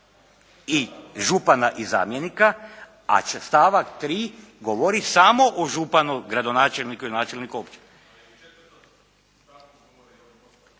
i župana i zamjenika, a stavak 3. govori samo o županu, gradonačelniku i načelniku općine.